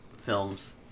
films